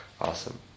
Awesome